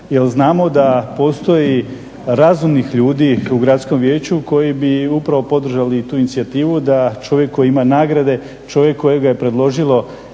znamo da postoji razumnih ljudi u gradskom vijeću koji bi upravo podržali tu inicijativu da čovjek koji ima nagrade, čovjek koja je predložilo